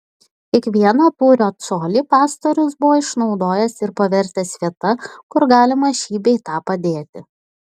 kiekvieną tūrio colį pastorius buvo išnaudojęs ir pavertęs vieta kur galima šį bei tą padėti